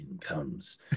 comes